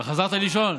וחזרת לישון?